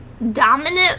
dominant